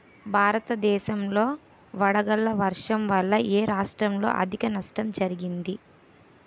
భారతదేశం లో వడగళ్ల వర్షం వల్ల ఎ రాష్ట్రంలో అధిక నష్టం జరిగింది?